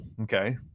okay